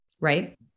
right